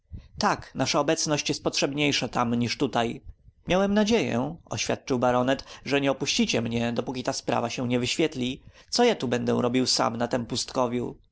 tak nasza obecność jest potrzebniejsza tam niż tutaj miałem nadzieję oświadczył baronet że nie opuścicie mnie dopóki ta sprawa się nie wyświetli co ja tu będę robił sam na tem pustkowiu